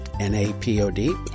N-A-P-O-D